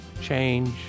change